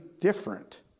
different